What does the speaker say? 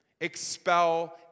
expel